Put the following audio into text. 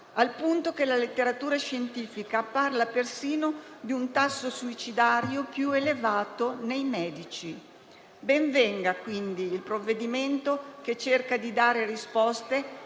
al punto che la letteratura scientifica parla persino di un tasso suicidario più elevato nei medici. Ben venga quindi il provvedimento, che cerca di dare risposte,